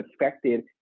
affected